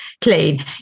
clean